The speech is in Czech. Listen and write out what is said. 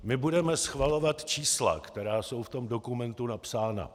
My budeme schvalovat čísla, která jsou v tom dokumentu napsána.